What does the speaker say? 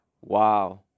Wow